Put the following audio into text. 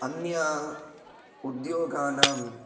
अन्य उद्योगानां